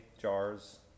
jars